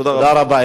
תודה רבה.